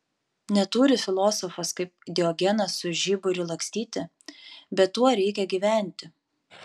neturi filosofas kaip diogenas su žiburiu lakstyti bet tuo reikia gyventi